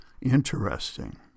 interesting